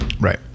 Right